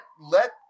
let